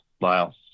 Lyle